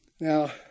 Now